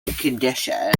condition